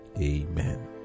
amen